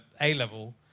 A-level